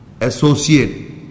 associate